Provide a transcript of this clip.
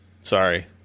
Sorry